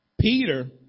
Peter